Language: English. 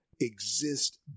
exist